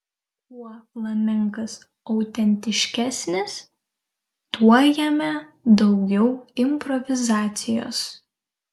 kuo flamenkas autentiškesnis tuo jame daugiau improvizacijos